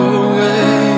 away